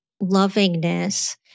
lovingness